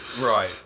right